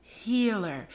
healer